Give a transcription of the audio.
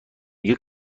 میگه